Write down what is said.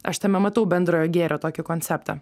aš tame matau bendrojo gėrio tokį konceptą